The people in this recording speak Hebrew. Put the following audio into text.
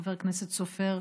חבר הכנסת סופר,